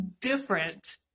different